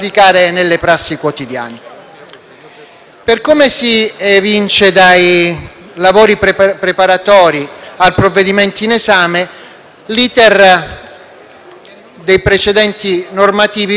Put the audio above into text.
Per come si evince dai lavori preparatori al provvedimento in esame, l'*iter* dei precedenti normativi risulta particolarmente complesso.